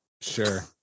Sure